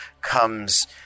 comes